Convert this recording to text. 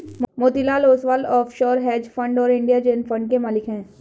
Motilal Oswal offshore hedge fund और India Zen fund के मालिक हैं